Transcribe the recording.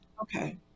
Okay